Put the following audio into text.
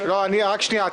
רק שנייה.